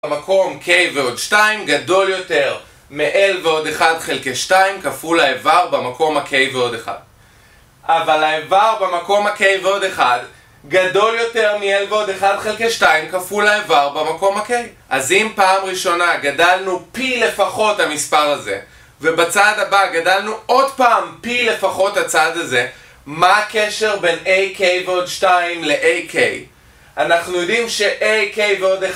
המקום K ועוד 2 גדול יותר מ- L ועוד 1 חלקי 2, כפול האיבר במקום ה- K ועוד 1. אבל האיבר במקום ה- K ועוד 1, גדול יותר מ- L ועוד 1 חלקי 2, כפול האיבר במקום ה- K? אז אם פעם ראשונה גדלנו פי לפחות המספר הזה, ובצעד הבא גדלנו עוד פעם פי לפחות הצעד הזה, מה הקשר בין a k ועוד 2 ל- A K? אנחנו יודעים ש- a k ועוד 1